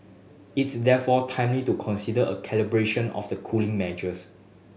it's therefore timely to consider a calibration of the cooling measures